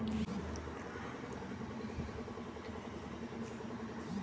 एक एकर खेत में हम केतना एन.पी.के द सकेत छी?